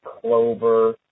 clover